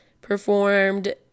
performed